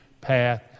path